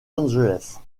angeles